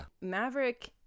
Maverick